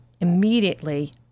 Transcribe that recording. immediately